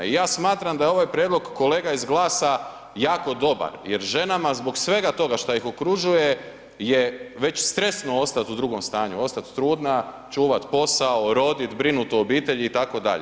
I ja smatram da je ovaj prijedlog kolega iz GLAS-a jako dobar jer ženama zbog svega toga šta ih okružuje je već stresno ostat u drugom stanju, ostat trudna, čuvat posao, rodit, brinut o obitelji itd.